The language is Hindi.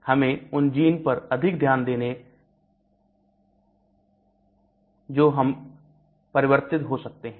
तो हम उन जीन पर अधिक ध्यान देंगे जो परिवर्तित हो सकते हैं